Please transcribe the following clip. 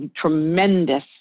tremendous